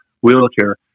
wheelchair